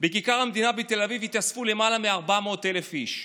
בכיכר המדינה בתל אביב התאספו למעלה מ-400,000 איש.